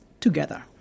together